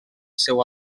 seu